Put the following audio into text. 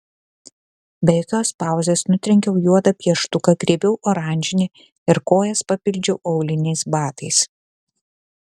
be jokios pauzės nutrenkiau juodą pieštuką griebiau oranžinį ir kojas papildžiau auliniais batais